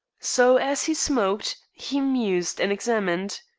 so, as he smoked, he mused and examined.